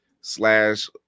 slash